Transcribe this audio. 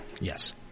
Yes